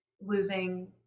losing